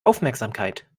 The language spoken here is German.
aufmerksamkeit